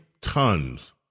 tons